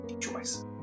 choice